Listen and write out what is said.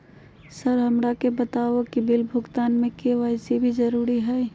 Sir हमरा के बताओ कि बिल भुगतान में के.वाई.सी जरूरी हाई?